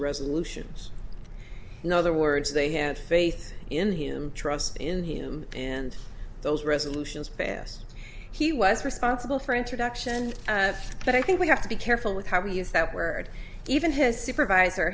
resolutions no other words they had faith in him trust in him and those resolutions passed he was responsible for introduction but i think we have to be careful with how we use that word even his supervisor